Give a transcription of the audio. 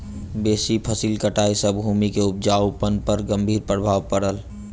बेसी फसिल कटाई सॅ भूमि के उपजाऊपन पर गंभीर प्रभाव पड़ल